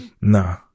No